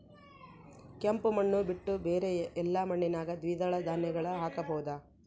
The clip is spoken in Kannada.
ಕೆಂಪು ಮಣ್ಣು ಬಿಟ್ಟು ಬೇರೆ ಎಲ್ಲಾ ಮಣ್ಣಿನಾಗ ದ್ವಿದಳ ಧಾನ್ಯಗಳನ್ನ ಹಾಕಬಹುದಾ?